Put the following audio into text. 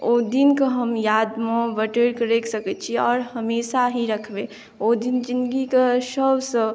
ओ दिनके हम यादमे बटोरि कऽ राखि सकैत छी आओर हमेशा ही रखबै ओ दिन जिन्दगीके सभसँ